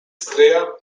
stryja